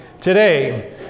today